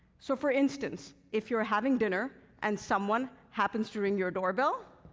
so, for instance, if you're having dinner and someone happens to ring your doorbell,